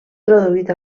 traduït